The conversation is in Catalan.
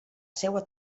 seua